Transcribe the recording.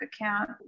account